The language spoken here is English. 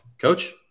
Coach